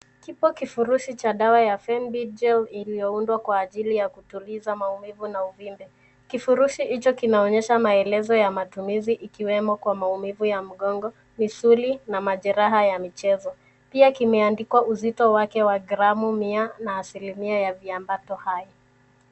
Kipo kifurushi cha dawa ya Fenbid gel iliyoundwa kwa ajili ya kutuliza maumivu na uvimbe. Kifurushi hicho kinaonyesha maelezo ya matumizi ikiwemo kwa maumivu ya mgongo, misuli na majeraha ya michezo. Pia kimeandikwa uzito wake wa gramu mia na asilimia ya viambato hai.